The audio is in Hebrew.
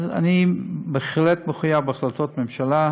אז אני בהחלט מחויב להחלטות הממשלה.